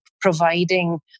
providing